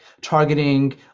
targeting